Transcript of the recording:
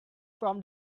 from